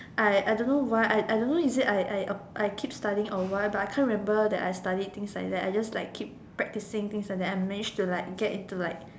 I I don't why I I don't is it I I I keep studying or what but I can't remember that I study things like that I just like keep practicing things like and managed to like get into like